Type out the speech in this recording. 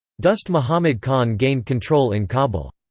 dost mohammed khan gained control in kabul.